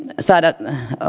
saada